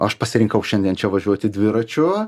aš pasirinkau šiandien čia važiuoti dviračiu